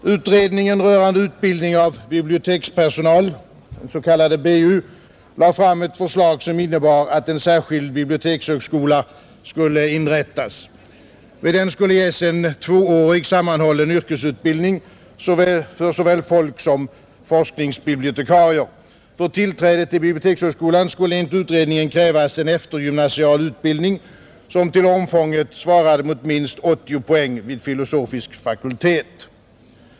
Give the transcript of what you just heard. Utredningen rörande utbildning av bibliotekspersonal, den s.k. BU, lade fram ett förslag som innebar att en särskild bibliotekshögskola skulle inrättas, Vid den skulle ges tvåårig sammanhållen yrkesutbildning för såväl folksom forskningsbibliotekarier. För tillträde till bibliotekshögskolan skulle enligt utredningen krävas en eftergymnasial utbildning som till omfånget svarade mot minst 80 poäng vid filosofisk fakultet.